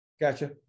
Gotcha